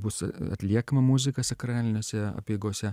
bus atliekama muzika sakralinėse apeigose